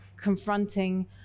confronting